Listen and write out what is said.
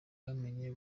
bamenye